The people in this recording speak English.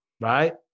right